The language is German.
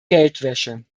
geldwäsche